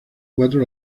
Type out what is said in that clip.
cuatro